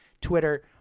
Twitter